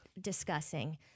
discussing